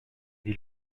dit